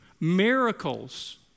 miracles